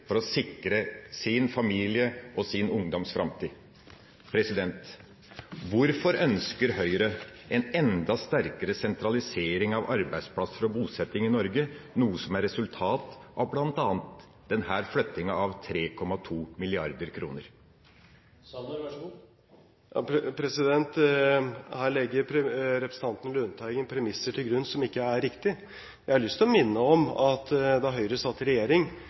for å sikre sin familie og sin ungdoms framtid. Hvorfor ønsker Høyre en enda sterkere sentralisering av arbeidsplasser og bosetting i Norge, noe som er et resultat av bl.a. flyttingen av 3,2 mrd. kr? Her legger representanten Lundteigen premisser til grunn som ikke er riktige. Jeg har lyst til å minne om at da Høyre satt i regjering,